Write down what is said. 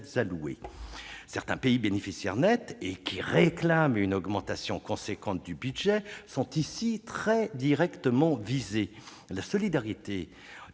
allouées. Certains pays bénéficiaires nets, qui réclament une augmentation importante du budget européen, sont ici très directement visés. La solidarité